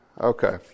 Okay